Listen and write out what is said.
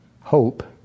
hope